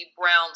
Browns